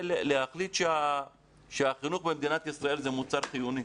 זה להחליט שהחינוך במדינת ישראל זה מוצר חיוני,